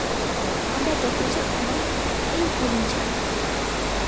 ᱚᱸᱰᱮ ᱫᱚ ᱵᱩᱡᱷᱟᱹᱜ ᱠᱟᱱᱟ ᱤᱧ ᱩᱞᱤᱧ ᱡᱚᱢᱟ